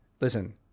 listen –